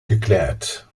geklärt